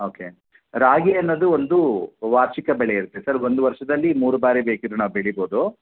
okay ragi ಅನ್ನೋದು ಒಂದು ವಾರ್ಷಿಕ ಬೆಳೆ ಇರುತ್ತೆ ಸರ್ ಒಂದು ವರ್ಷದಲ್ಲಿ ಮೂರು ಬಾರಿ ಬೇಕಿದ್ದರೂ ನಾವು ಬೆಳೀಬೋದು